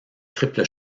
triple